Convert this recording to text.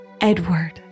Edward